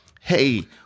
hey